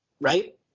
right